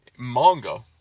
Mongo